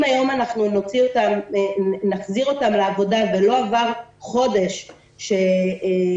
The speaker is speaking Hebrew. אם היום נחזיר אותם לעבודה ולא עבר חודש מאז